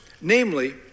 Namely